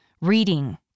Reading